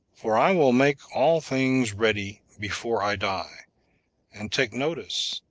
for i will make all things ready before i die and take notice,